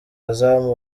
umuzamu